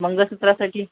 मंगळसूत्रासाठी